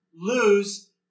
lose